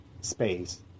space